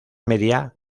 media